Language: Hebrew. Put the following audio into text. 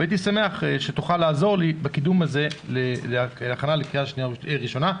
והייתי שמח שתוכל לעזור לי בקידום הזה כהכנה לקריאה ראשונה.